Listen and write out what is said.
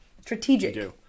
strategic